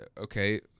Okay